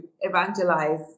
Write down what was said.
evangelize